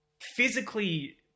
physically